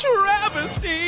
travesty